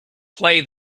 play